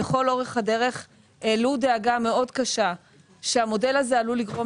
לכל אורך הדרך העלו דאגה מאוד קשה שהמודל הזה עלול לגרום